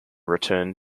returned